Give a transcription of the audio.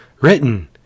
written